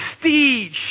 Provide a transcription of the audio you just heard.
prestige